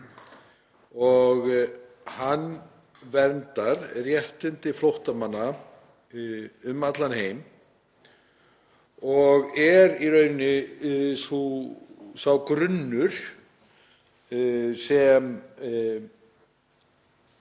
Hann verndar réttindi flóttamanna um allan heim og er í raun sá grunnur sem